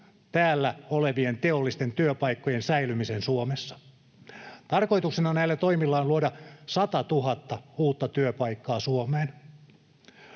täällä olevien teollisten työpaikkojen säilyminen Suomessa. Tarkoituksena näillä toimilla on luoda 100 000 uutta työpaikkaa Suomeen.